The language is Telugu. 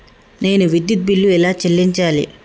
నేను విద్యుత్ బిల్లు ఎలా చెల్లించాలి?